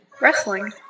wrestling